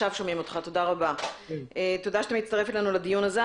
תודה שאתה מצטרף אלינו לדיון הזה.